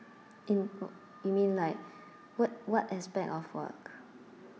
in w~ you mean like what what aspect of work